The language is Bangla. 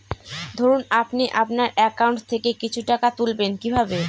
ধরুন আপনি আপনার একাউন্ট থেকে কিছু টাকা তুলবেন কিভাবে?